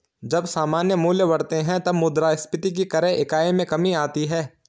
जब सामान्य मूल्य बढ़ते हैं, तब मुद्रास्फीति की क्रय इकाई में कमी आती है